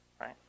right